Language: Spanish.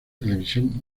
televisión